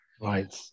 Right